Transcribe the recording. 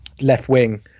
left-wing